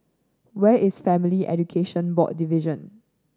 where is Family Education Board Division